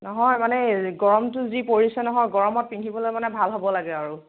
নহয় মানে এই গৰমটো যি পৰিছে নহয় গৰমত পিন্ধিবলৈ মানে ভাল হ'ব লাগে আৰু